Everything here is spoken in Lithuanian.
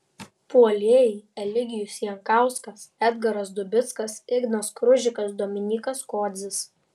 puolėjai eligijus jankauskas edgaras dubickas ignas kružikas dominykas kodzis